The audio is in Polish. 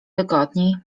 wygodniej